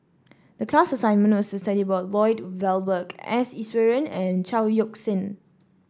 the class assignment was to study about Lloyd Valberg S Iswaran and Chao Yoke San